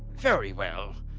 very well.